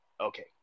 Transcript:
Okay